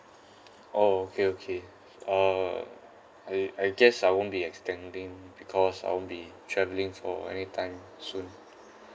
oh okay okay uh I I guess I won't be extending because I won't be traveling for any time soon